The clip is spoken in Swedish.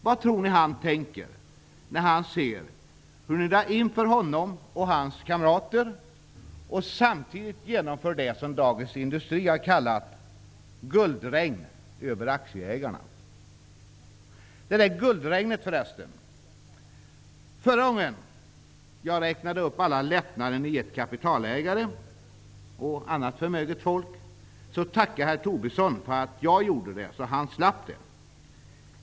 Vad tror ni byggnadsarbetaren tänker när han ser hur ni drar in ersättningar för honom och hans kamrater och samtidigt genomför det som Dagens Industri kallar ''guldregn'' över aktieägarna? Ja, det där guldregnet. Förra gången jag räknade upp alla lättnader ni givit kapitalägare och annat förmöget folk, tackade herr Tobisson för att jag gjorde det så att han slapp.